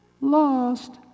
Lost